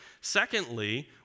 Secondly